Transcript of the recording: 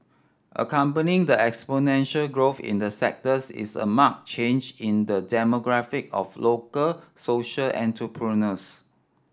accompanying the exponential growth in the sectors is a marked change in the demographic of local social entrepreneurs